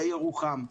בירוחם,